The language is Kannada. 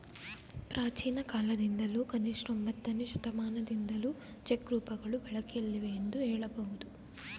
ಪ್ರಾಚೀನಕಾಲದಿಂದಲೂ ಕನಿಷ್ಠ ಒಂಬತ್ತನೇ ಶತಮಾನದಿಂದಲೂ ಚೆಕ್ ರೂಪಗಳು ಬಳಕೆಯಲ್ಲಿವೆ ಎಂದು ಹೇಳಬಹುದು